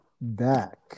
back